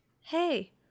hey